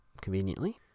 conveniently